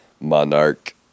Monarch